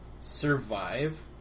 survive